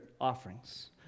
offerings